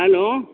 hello